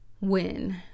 win